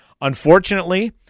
Unfortunately